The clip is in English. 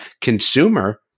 consumer